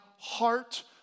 heart